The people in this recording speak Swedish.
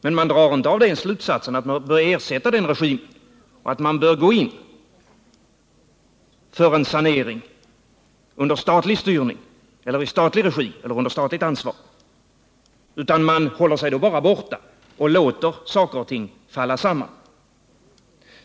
Men man drar inte av det slutsatsen att man bör ersätta den regimen och att man bör gå in för en sanering under statlig styrning eller i statlig regi eller under statligt ansvar, utan man håller sig då bara borta och låter saker och ting falla samman.